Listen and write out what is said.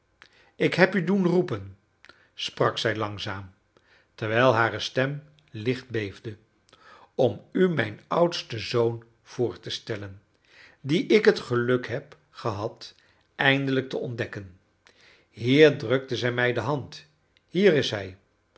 ik heb u doen roepen sprak zij langzaam terwijl hare stem licht beefde om u mijn oudsten zoon voor te stellen dien ik het geluk heb gehad eindelijk te ontdekken hier drukte zij mij de hand hier is hij